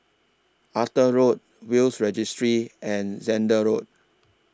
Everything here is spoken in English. Arthur Road Will's Registry and Zehnder Road